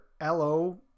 L-O